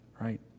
right